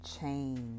change